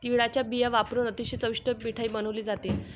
तिळाचा बिया वापरुन अतिशय चविष्ट मिठाई बनवली जाते